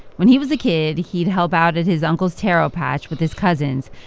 when he was a kid, he'd help out at his uncle's taro patch with his cousins.